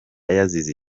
yazize